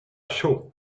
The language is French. chaud